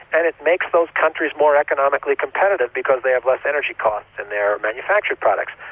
and it makes those countries more economically competitive because they have less energy costs in their manufactured products.